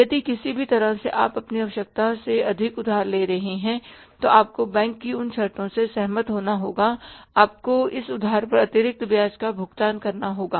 यदि किसी भी तरह से आप अपनी आवश्यकता से अधिक उधार ले रहे हैं तो आपको बैंक की उन शर्तों से सहमत होना होगा और आपको इस उधार पर अतिरिक्त ब्याज का भुगतान करना होगा